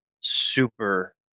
super